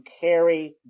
carry